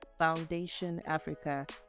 foundationafrica